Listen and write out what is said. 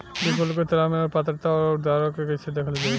विकल्पों के तलाश और पात्रता और अउरदावों के कइसे देखल जाइ?